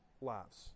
lives